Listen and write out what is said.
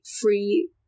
free